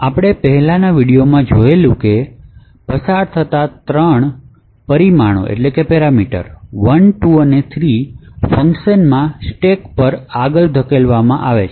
આપણે પહેલાની વિડિઓઝમાં જોયું છે કે પસાર થતા ત્રણ પરિમાણો 1 2 અને 3 ફંક્શન માં સ્ટેક પર આગળ ધકેલવામાં આવે છે